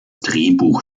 drehbuch